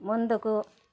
ముందుకు